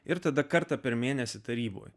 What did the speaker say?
ir tada kartą per mėnesį taryboje